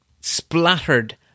splattered